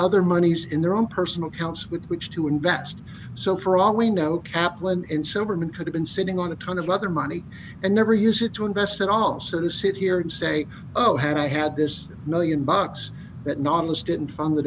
other moneys in their own personal accounts with which to invest so for all we know kaplan and superman could have been sitting on a ton of other money and never use it to invest it all sort of sit here and say oh had i had this one million bucks that nonis didn't fund the